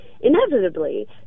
Inevitably